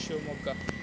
Shivamogga